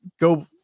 go